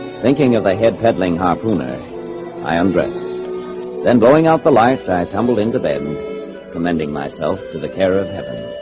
thinking of the head peddling harpooner i am dressed then blowing out the lifetime tumbled into bed commending myself to the care of heaven.